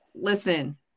listen